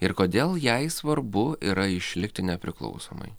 ir kodėl jai svarbu yra išlikti nepriklausomai